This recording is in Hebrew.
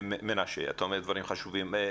מנשה, אתה אומר דברים חשובים.